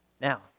Now